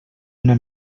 una